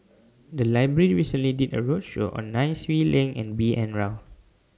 The Library recently did A roadshow on Nai Swee Leng and B N Rao